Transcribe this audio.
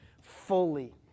fully